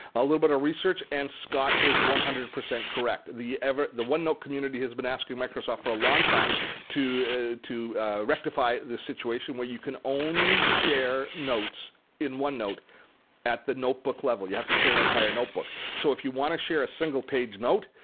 a little bit of research and scott is one hundred percent correct. the one note community has been asking microsoft for a long time to to rectify this situation where you can only share notes in one note at the notebook level. you have to share an entire notebook. so if you want to share a single page note,